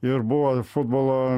ir buvo futbolo